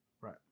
Right